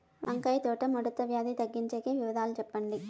వంకాయ తోట ముడత వ్యాధి తగ్గించేకి వివరాలు చెప్పండి?